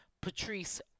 Patrice